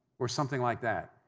or something like that.